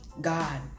God